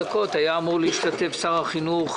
שר החינוך,